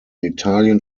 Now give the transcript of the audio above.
italien